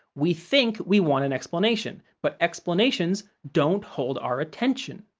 we think we want an explanation, but explanations don't hold our attention,